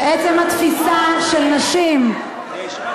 עצם התפיסה של נשים